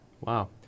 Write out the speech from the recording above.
wow